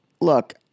look